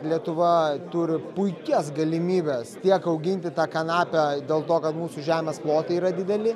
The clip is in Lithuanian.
lietuva turi puikias galimybes tiek auginti tą kanapę dėl to kad mūsų žemės plotai yra dideli